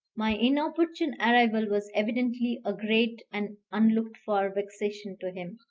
my inopportune arrival was evidently a great and unlooked-for vexation to him.